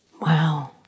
Wow